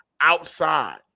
outside